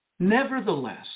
Nevertheless